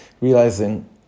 realizing